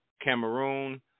cameroon